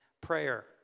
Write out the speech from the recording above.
prayer